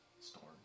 storm